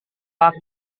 pak